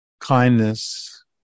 kindness